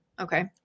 Okay